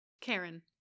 karen